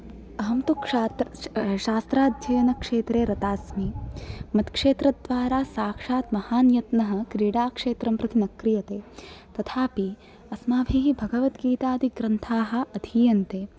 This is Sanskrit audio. अहं तु क्षात्र शास्त्राध्ययनक्षेत्रे रता अस्मि मत्क्षेत्रद्वारा साक्षात् महान् यत्नः क्रीडाक्षेत्रं प्रति न क्रियते तथापि अस्माभिः भगवद्गीतादिग्रन्थाः अधीयन्ते